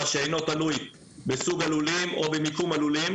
שאינו תלוי בסוג הלולים או במיקום הלולים,